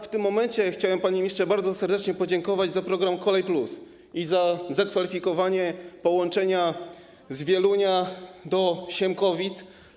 W tym momencie chciałem, panie ministrze, bardzo serdecznie podziękować za program ˝Kolej+˝ i za zakwalifikowanie do niego połączenia z Wielunia do Siemkowic.